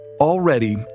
Already